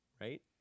Right